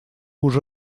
уже